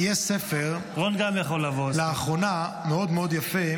יש ספר, לאחרונה, מאוד מאוד יפה.